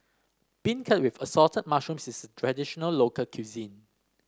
beancurd with Assorted Mushrooms is a traditional local cuisine